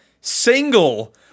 single